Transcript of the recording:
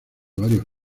varios